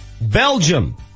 Belgium